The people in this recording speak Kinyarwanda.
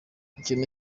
ikintu